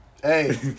Hey